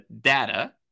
data